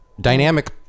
dynamic